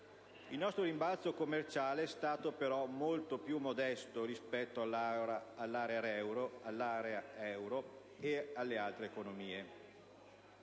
Il nostro «rimbalzo commerciale» è stato però molto più modesto rispetto all'area euro e alle altre economie.